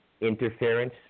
interference